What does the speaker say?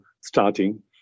starting